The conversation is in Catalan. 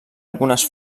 algunes